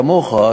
כמוך,